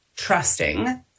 trusting